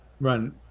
run